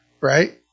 right